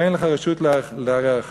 ואין לך רשות לערער אחריה.